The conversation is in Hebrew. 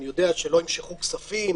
שלא ימשכו כספים,